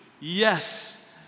Yes